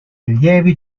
allievi